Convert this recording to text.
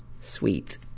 Sweet